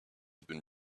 been